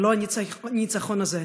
ללא הניצחון הזה,